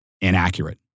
inaccurate